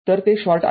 तर ते शॉर्ट आहे